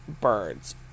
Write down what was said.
birds